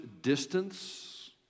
distance